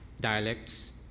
dialects